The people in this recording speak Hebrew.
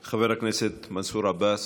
חבר הכנסת מנסור עבאס,